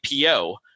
PO